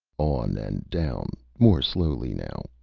on and down, more slowly now,